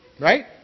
Right